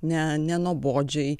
ne nenuobodžiai